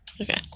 Okay